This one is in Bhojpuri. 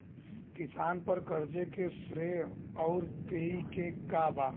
किसान पर क़र्ज़े के श्रेइ आउर पेई के बा?